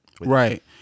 Right